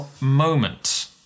moment